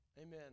Amen